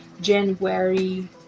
January